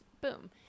boom